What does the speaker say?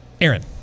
Aaron